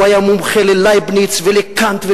והוא היה מומחה ללייבניץ ולקאנט ולכול.